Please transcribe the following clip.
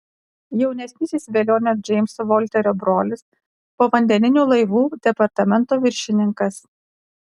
jaunesnysis velionio džeimso volterio brolis povandeninių laivų departamento viršininkas